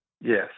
Yes